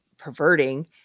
perverting